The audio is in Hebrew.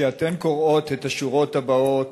"כשאתן קוראות את השורות הבאות